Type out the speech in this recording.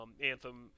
Anthem